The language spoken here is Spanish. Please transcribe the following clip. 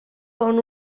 con